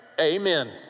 Amen